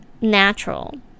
natural